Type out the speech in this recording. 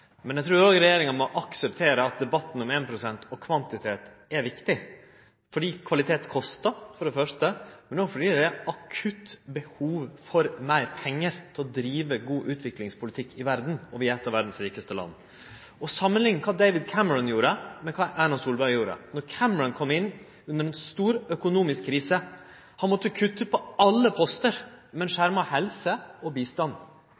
Men eg trur òg regjeringa må akseptere at debatten om 1 pst. og kvantitet er viktig, ikkje berre fordi kvalitet kostar, men òg fordi det er akutt behov for meir pengar til å drive god utviklingspolitikk i verda, og vi er eit av verdas rikaste land. Vi kan samanlikne det David Cameron gjorde, med det Erna Solberg gjorde. Då Cameron kom inn under ei stor økonomisk krise, måtte han kutte på alle postar, men skjerma helse og bistand.